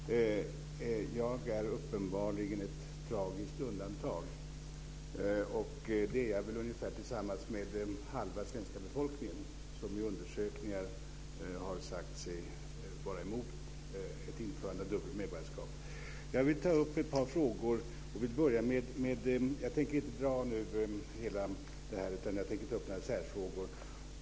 Fru talman! Jag är uppenbarligen ett tragiskt undantag. Det är jag väl tillsammans med ungefär halva svenska befolkningen, som i undersökningar har sagt sig vara emot ett införande av dubbelt medborgarskap. Jag vill ta upp ett par frågor. Jag tänker inte dra hela ärendet, utan jag tänker ta upp några särfrågor.